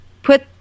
Put